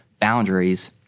boundaries